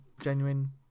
genuine